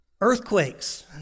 Earthquakes